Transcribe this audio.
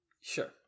Sure